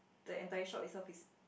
the entire shop itself is